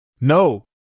No